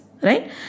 Right